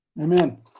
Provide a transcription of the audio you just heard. Amen